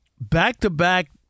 back-to-back